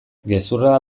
gezurra